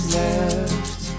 left